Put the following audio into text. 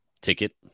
ticket